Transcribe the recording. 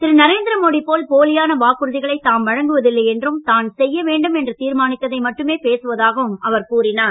திரு நரேந்திரமோடி போல் போலியான வாக்குறுதிகளை தாம் வழங்குவதில்லை என்றும் தான் செய்ய வேண்டும் என்று தீர்மானித்ததை மட்டுமே பேசுவதாகவும் அவர் கூறினார்